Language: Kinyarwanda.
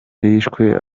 hishwe